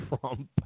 Trump